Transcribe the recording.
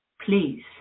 Please